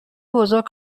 بزرگ